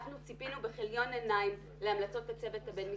אנחנו ציפינו בכיליון עיניים להמלצות הצוות הבין-משרדי.